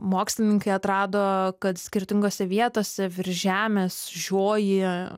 mokslininkai atrado kad skirtingose vietose virš žemės žioji